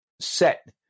set